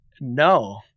no